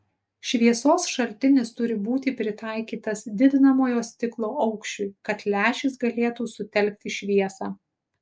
šviesos šaltinis turi būti pritaikytas didinamojo stiklo aukščiui kad lęšis galėtų sutelkti šviesą